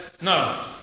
no